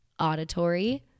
auditory